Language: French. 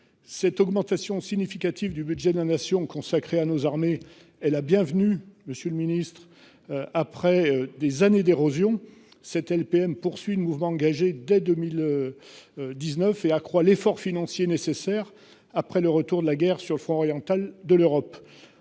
Cette augmentation significative du budget de la nation consacrée à nos armées est la bienvenue. Monsieur le Ministre. Après des années d'érosion. Cette LPM poursuit le mouvement engagé dès 2019 et accroît l'effort financier nécessaire après le retour de la guerre sur le front oriental de l'Europe.